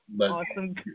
Awesome